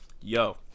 Yo